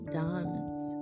diamonds